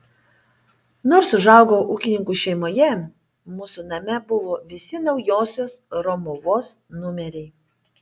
nors užaugau ūkininkų šeimoje mūsų name buvo visi naujosios romuvos numeriai